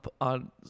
on